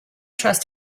trust